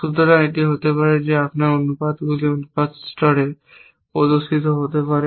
সুতরাং এটি হতে পারে যে আপনি অনুপাতগুলি অনুপাত স্তরে প্রদর্শিত হতে পারে